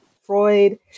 Freud